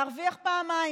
להרוויח פעמיים: